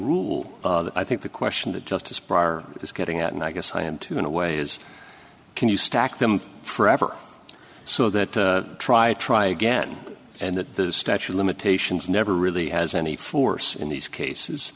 rule i think the question that justice barr is getting at and i guess i am too in a way is can you stack them forever so that try try again and that the statue of limitations never really has any force in these cases